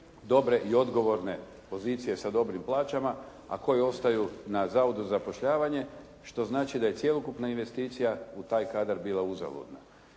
dobre i odgovorne pozicije sa dobrim plaćama a koje ostaju na Zavodu za zapošljavanje, što znači da je cjelokupna investicija u taj kadar bila uzaludna.